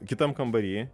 kitam kambary